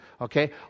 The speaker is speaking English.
okay